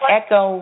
echo